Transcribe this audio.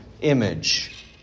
image